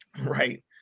Right